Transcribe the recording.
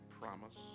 promise